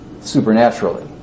supernaturally